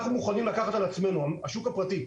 אנחנו, השוק הפרטי,